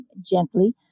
gently